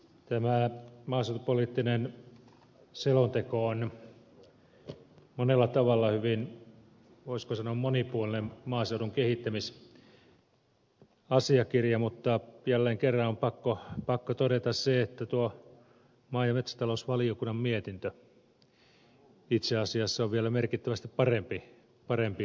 tämä maaseutupoliittinen selonteko on monella tavalla hyvin voisiko sanoa monipuolinen maaseudun kehittämisasiakirja mutta jälleen kerran on pakko todeta se että tuo maa ja metsätalousvaliokunnan mietintö itse asiassa on vielä merkittävästi parempi asiakirja